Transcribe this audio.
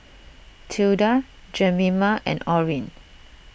Tilda Jemima and Orrin